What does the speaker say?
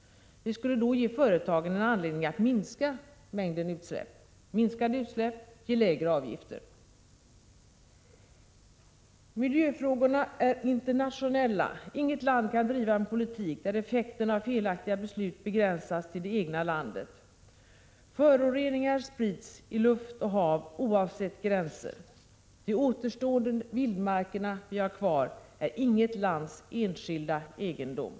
Vi skulle då ge företagen en anledning att minska mängden utsläpp. Minskade utsläpp ger lägre avgifter! Miljöfrågorna är internationella. Inget land kan driva en politik där effekterna av felaktiga beslut begränsas till det egna landet. Föroreningar sprids i luft och hav oavsett gränser. De återstående vildmarkerna är inget lands enskilda egendom.